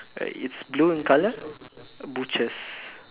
it's blue in colour butchers